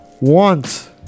want